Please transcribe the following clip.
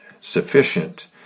sufficient